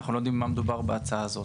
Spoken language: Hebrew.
אנחנו לא יודעים על מה מדובר בהצעה הזו,